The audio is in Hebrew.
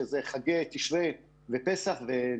שזה חגי תשרי וניסן,